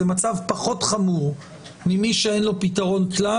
זה מצב פחות חמור ממי שאין לו פתרון כלל.